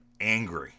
angry